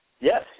Yes